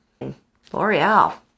l'oreal